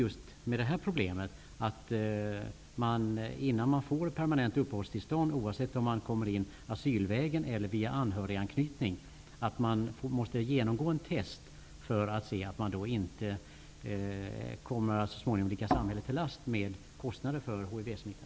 Har man för avsikt att införa krav på att en person, innan han eller hon får permanent uppehållstillstånd -- oavsett om personen har kommit in asylvägen eller via anhöriganknytning -- måste genomgå en test för att kontrollera att personen ifråga inte kommer att ligga samhället till last med kostnader för sin hivsmitta?